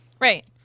Right